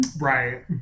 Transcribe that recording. Right